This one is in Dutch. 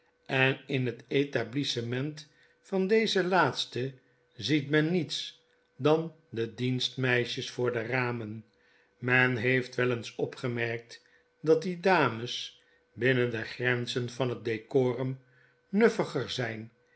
en in het etablissement van deze laatste ziet men niets dan dodienstmeisjes voor de ramen men heeft wel eens opgemerkt dat die dames binnen de grenzen van het decorum nuffiger zijn